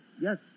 yes